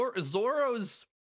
Zoro's